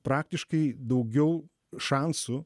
praktiškai daugiau šansų